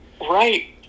right